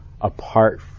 apart